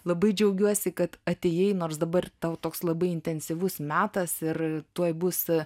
labai džiaugiuosi kad atėjai nors dabar tau toks labai intensyvus metas ir tuoj bus